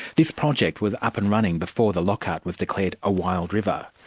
this project was up and running before the lockhart was declared a wild river,